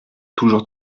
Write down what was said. toujours